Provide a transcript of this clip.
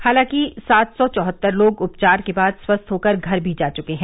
हालांकि सात सौ चौहत्तर लोग उपचार के बाद स्वस्थ होकर घर भी जा चुके हैं